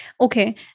okay